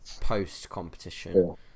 post-competition